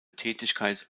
tätigkeit